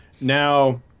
Now